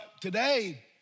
today